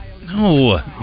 No